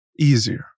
easier